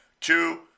Two